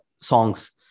songs